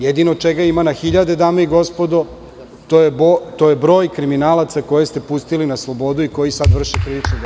Jedino čega ima na hiljade dame i gospodo, to je broj kriminalaca koje ste pustili na slobodu i koji sada vrše krivična dela.